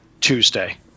Tuesday